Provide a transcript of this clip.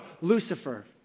Lucifer